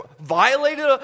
violated